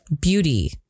beauty